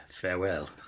farewell